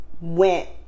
went